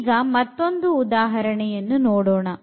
ಈಗ ಮತ್ತೊಂದು ಉದಾಹರಣೆಯನ್ನು ನೋಡೋಣ